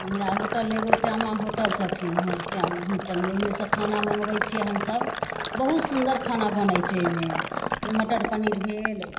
हमरा होटल एगो श्यामा होटल छथिन श्याम होटल ओइमे सँ खाना मँगबै छियै हमसब बहुत सुन्दर खाना बनै छै अइमे जे मटर पनीर भेल